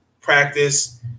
practice